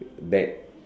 that